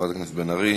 חברת הכנסת בן ארי.